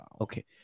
Okay